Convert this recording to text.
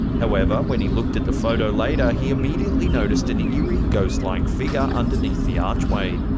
however, when he looked at the photo later, he immediately noticed an eerie, ghost like figure underneath the archway.